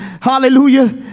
hallelujah